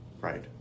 right